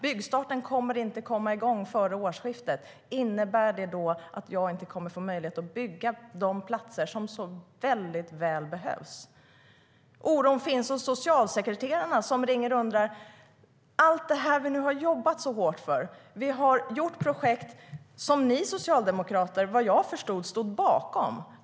Byggstarten kommer inte att ske före årsskiftet. Innebär det då att vi inte kommer att få möjlighet att bygga de platser som så väl behövs? Oron finns hos socialsekreterarna som ringer och pratar om allt det som de har jobbat så hårt för. De har gjort projekt som ni socialdemokrater, vad jag förstår, stod bakom.